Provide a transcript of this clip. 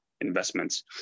investments